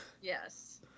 Yes